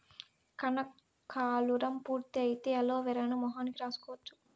కనకాలురం పూర్తి అయితే అలోవెరాను మొహానికి రాసుకోవచ్చు